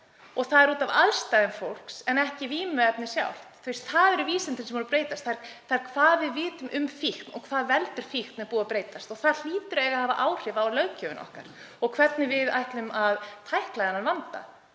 Það er út af aðstæðum fólks en ekki vímuefninu sjálfu. Það eru vísindin sem eru að breytast, þ.e. hvað við vitum um fíkn og hvað veldur fíkn, það hefur breyst og það hlýtur að hafa áhrif á löggjöfina okkar og hvernig við ætlum að tækla þennan vanda.